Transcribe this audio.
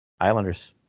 Islanders